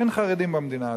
אין חרדים במדינה הזאת.